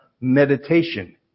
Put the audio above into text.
meditation